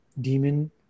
demon